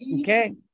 okay